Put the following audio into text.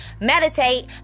meditate